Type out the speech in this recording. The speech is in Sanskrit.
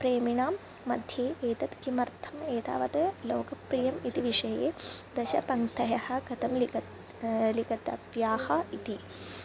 प्रेमिणां मध्ये एतत् किमर्थम् एतावत् लोकप्रियम् इति विषये दश पङ्क्तयः कथं लिख लिखितव्याः इति